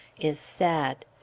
is sad.